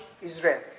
Israel